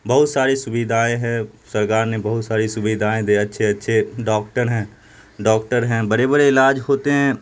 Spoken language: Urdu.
بہت ساری سویدھائیں ہیں سرکار نے بہت ساری سویدھائیں دیں اچھے اچھے ڈاکٹڑ ہیں ڈاکٹڑ ہیں بڑے بڑے علاج ہوتے ہیں